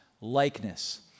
likeness